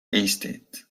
estate